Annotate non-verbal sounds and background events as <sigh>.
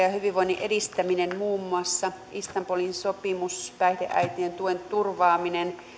<unintelligible> ja hyvinvoinnin edistäminen muun muassa istanbulin sopimus päihdeäitien tuen turvaaminen